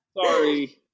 Sorry